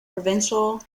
provincial